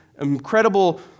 incredible